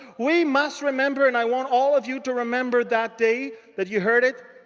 we must remember and i want all of you to remember that day that you heard it.